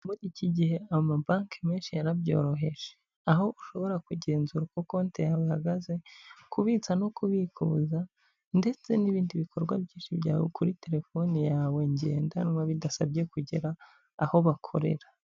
Muri iki gihe amabanki menshi yarabyoroheje, aho ushobora kugenzura uko konti yawe ihagaze, kubitsa no kubikuza ndetse n'ibindi bikorwa byinshi byawe kuri terefone yawe ngendanwa bidasabye kugera aho bakorera.